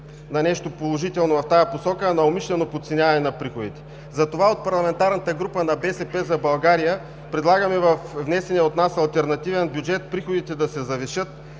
на нещо положително в тази посока, а на умишлено подценяване на приходите. Затова от парламентарната група на „БСП за България“ предлагаме във внесения от нас алтернативен бюджет приходите да се завишат